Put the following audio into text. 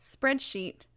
spreadsheet